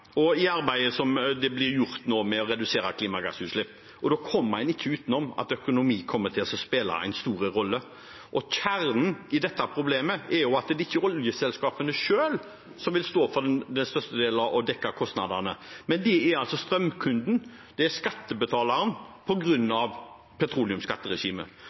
i arbeidet som nå blir gjort med å redusere klimagassutslipp, og da kommer en ikke utenom at økonomi kommer til å spille en stor rolle. Kjernen i dette problemet er jo at det ikke er oljeselskapene selv som vil stå for den største delen og dekke kostnadene, men det er strømkunden, det er skattebetaleren, på grunn av petroleumsskatteregimet.